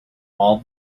all